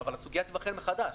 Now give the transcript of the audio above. אבל הסוגיה תיבחן מחדש.